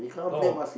no